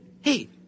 Hey